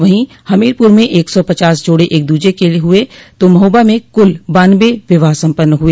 वहीं हमीरपुर में एक सौ पचास जोड़े एक दूज के हुए तो महोबा में कुल बान्नवे विवाह सम्पन्न हुए